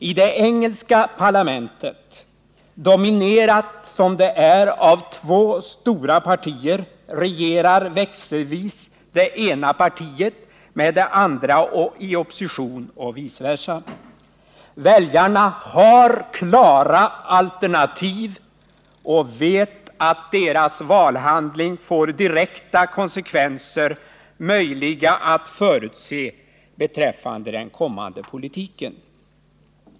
I det engelska parlamentet, dominerat som det är av två stora partier, regerar växelvis det ena partiet med det andra i opposition och vice versa. Väljarna har klara alternativ och vet att deras valhandling får direkta konsekvenser som är möjliga att förutse beträffande den kommande politiken.